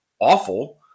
awful